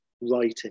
writing